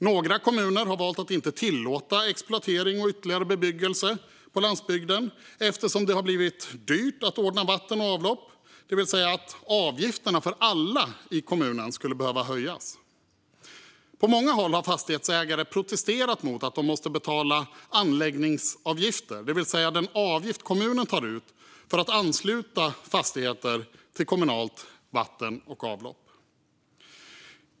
Några kommuner har valt att inte tillåta exploatering och ytterligare bebyggelse på landsbygden. Det skulle ha blivit dyrt att ordna vatten och avlopp, det vill säga avgifterna för alla i kommunen skulle behöva höjas. På många håll har fastighetsägare protesterat mot att de måste betala anläggningsavgifter, det vill säga den avgift kommunen tar ut för att ansluta fastigheter till kommunalt vatten och avlopp.